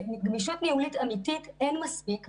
אמיתית אין מספיק,